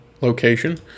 location